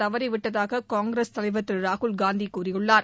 தவறிவிட்டதாக காங்கிரஸ் தலைவர் திரு ராகுல் காந்தி கூறியுள்ளார்